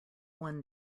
one